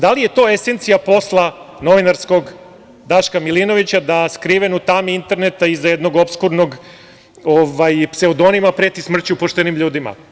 Da li je to esencija posla novinarskog Daška Milinovića da skriven u tami interneta iza jednog opskurnog pseudonima preti smrću poštenim ljudima?